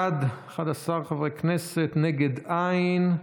בעד, 11 חברי כנסת, נגד אין.